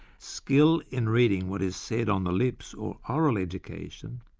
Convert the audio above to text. skill in reading what is said on the lips, or oral education,